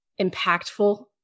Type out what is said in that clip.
impactful